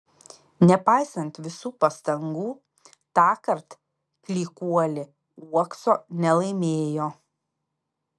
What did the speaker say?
nepaisant visų pastangų tąkart klykuolė uokso nelaimėjo